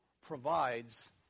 provides